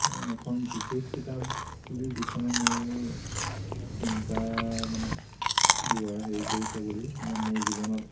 এখন বিশেষ কিতাপ বুলি যিখনে মোৰ চিন্তাৰ মানে দুৱাৰ হেৰি কৰিছে বুলি মানে মোৰ জীৱনত